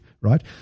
right